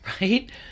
Right